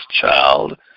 child